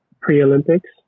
pre-olympics